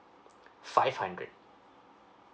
five hundred